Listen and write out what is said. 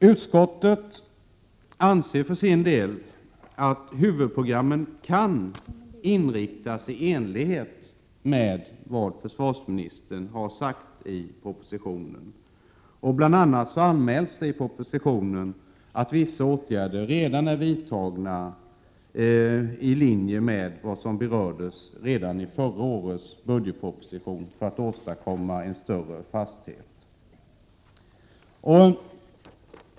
Utskottet anser för sin del att huvudprogrammen kan inriktas på det sätt som försvarsministern har angett i propositionen. Bl. a. anmäls där att vissa åtgärder i enlighet med vad som berördes i förra årets budgetproposition redan är vidtagna för att åstadkomma större fasthet.